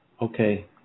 Okay